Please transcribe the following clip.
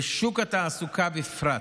ושוק התעסוקה בפרט.